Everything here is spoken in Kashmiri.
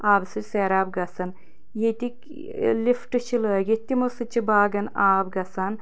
آبہٕ سۭتۍ سیراب گژھان ییٚتِکۍ لِفٹ چھِ لٲگِتھ تِمو سۭتۍ چھُ باغَن آب گژھان